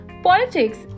Politics